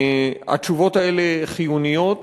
התשובות האלה חיוניות,